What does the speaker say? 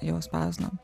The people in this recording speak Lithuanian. jau spausdinam